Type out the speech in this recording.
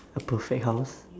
a perfect house